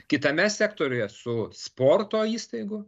kitame sektoriuje su sporto įstaigų